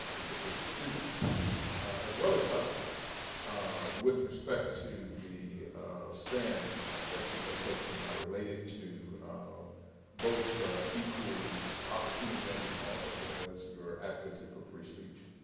particularly with students as well as faculty with respect to the stand that you had taken related to both equal opportunity under the law as well as your advocacy for free speech.